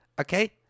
okay